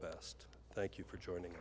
best thank you for joining